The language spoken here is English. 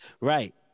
right